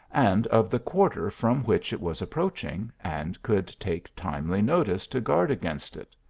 and of the quarter from which it was approaching, and could take timely notice to guard against it.